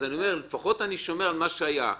לפחות אני שומר על מה שהיה.